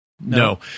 No